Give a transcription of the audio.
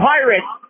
Pirates